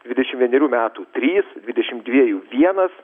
dvidešimt vienerių metų trys dvidešimt dviejų vienas